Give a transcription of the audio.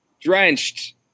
drenched